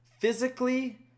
physically